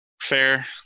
Fair